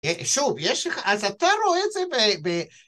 שוב, יש לך... אז אתה רואה את זה ב...